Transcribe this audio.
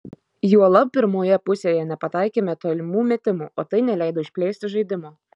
juolab pirmoje pusėje nepataikėme tolimų metimų o tai neleido išplėsti žaidimo